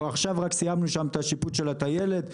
עכשיו רק סיימנו שם את השיפוץ של הטיילת.